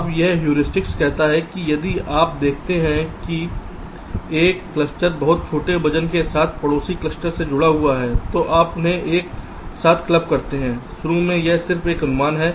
अब यह ह्यूरिस्टिक कहता है यदि आप देखते हैं कि एक क्लस्टर बहुत छोटे वजन के साथ पड़ोसी क्लस्टर से जुड़ा हुआ है तो आप उन्हें एक साथ क्लब करते हैं शुरू में यह सिर्फ एक अनुमान है